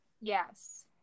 Yes